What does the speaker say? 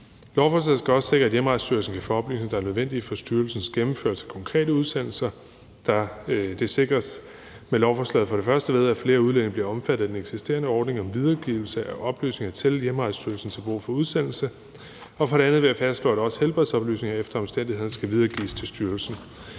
Lovforslaget skal også sikre, at Hjemrejsestyrelsen kan få oplysninger, der er nødvendige for, at styrelsen kan gennemføre konkrete udsendelser. Det sikres med lovforslaget for det første ved, at flere udlændinge bliver omfattet af den eksisterende ordning om videregivelse af oplysninger til Hjemrejsestyrelsen til brug for udsendelse, og for det andet ved at fastslå, at også helbredsoplysninger efter omstændighederne skal videregives til styrelsen.